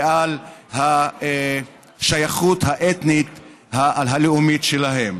ועל השייכות האתנית הלאומית שלהם.